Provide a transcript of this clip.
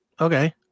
Okay